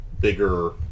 bigger